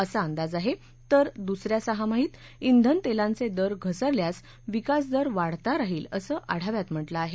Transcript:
असा अंदाज आहे तर दुस या सहामाहीत इंधनतेलांचे दर घसरल्यास विकासदर वाढता राहील असं आढाव्यात म्हटलं आहे